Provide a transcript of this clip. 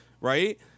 Right